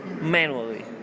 manually